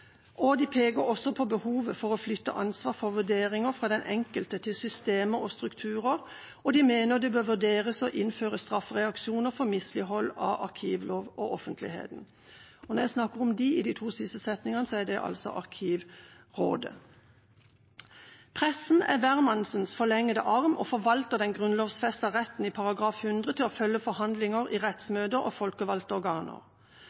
De peker på behovet for å flytte ansvar for vurderinger fra den enkelte til systemer og strukturer, og de mener det bør vurderes å innføre straffereaksjoner for mislighold av arkivlov og offentligheten. Og når jeg sier «de» i de to siste setningene, gjelder det altså Arkivrådet. Pressen er hvermannsens forlengede arm og forvalter den grunnlovfestede retten i Grunnloven § 100 til å følge forhandlinger i rettsmøter og folkevalgte organer.